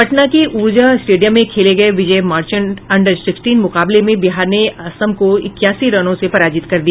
पटना के ऊर्जा स्टेडियम में खेले गये विजय मार्चेंट अंडर सिक्सटीन मुकाबले में बिहार ने असम को इक्यासी रनों से पराजित कर दिया